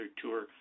tour